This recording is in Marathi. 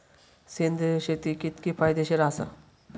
सेंद्रिय शेती कितकी फायदेशीर आसा?